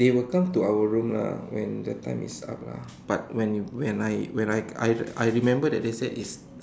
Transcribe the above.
they will come to our room lah when the time is up lah but when you when I when I I I remember that they said is